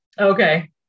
Okay